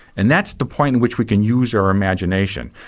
and that's the point at which we can use our imagination,